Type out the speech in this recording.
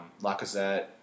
Lacazette